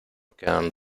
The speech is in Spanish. quedan